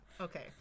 okay